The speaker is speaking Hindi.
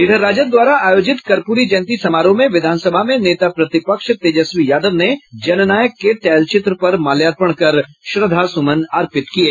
इधर राजद द्वारा आयोजित कर्पूरी जयंती समारोह में विधानसभा में नेता प्रतिपक्ष तेजस्वी यादव ने जननायक के तैलचिप पर माल्यार्पण कर श्रद्धा सुमन अर्पित किये